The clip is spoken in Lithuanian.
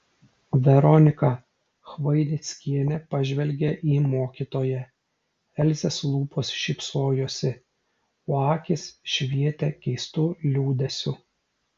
veronika chvainickienė pažvelgė į mokytoją elzės lūpos šypsojosi o akys švietė keistu liūdesiu